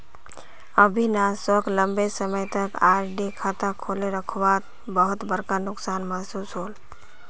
अविनाश सोक लंबे समय तक आर.डी खाता खोले रखवात बहुत बड़का नुकसान महसूस होल